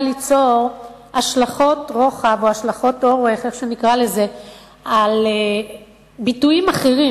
ליצור השלכות רוחב או אורך על ביטויים אחרים,